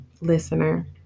listener